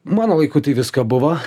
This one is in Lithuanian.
mano laiku tai visko buvo